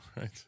right